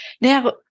Now